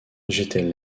j’étais